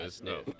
no